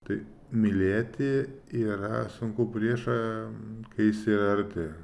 tai mylėti yra sunku priešą kai jis yra arti